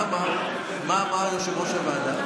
אז מה אמר יושב-ראש הוועדה?